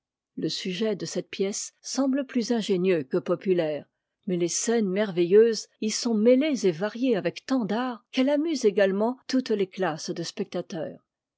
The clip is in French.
le sujet de cette pièce semble plus ingénieux que populaire mais les scènes merveilleuses y sont métées et variées avec tant d'art qu'elle amuse également toutes les classes de spectateurs